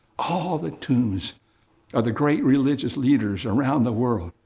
ah the tombs of the great religious leaders around the world,